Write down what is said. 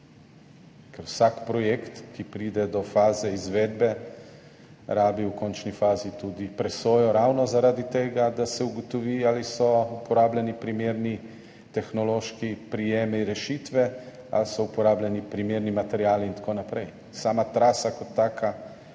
ker vsak projekt, ki pride do faze izvedbe, potrebuje v končni fazi tudi presojo, ravno zaradi tega, da se ugotovi, ali so uporabljeni primerni tehnološki prijemi, rešitve, ali so uporabljeni primerni materiali in tako naprej. Sama trasa kot taka